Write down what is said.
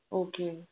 okay